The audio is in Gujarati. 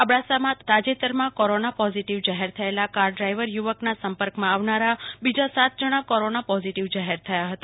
અબડાસામાં તાજેતરમાં કોરોના પોઝીટીવ જાહેર થયેલા કાર ડ્રાઈવર યુવકના સંપર્કમાં આવનાર બીજા સાત જણા કોરોના પોઝીટીવ જાહેર થયા હતા